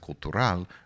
Cultural